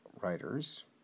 writers